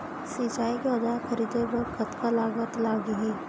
सिंचाई के औजार खरीदे बर कतका लागत लागही?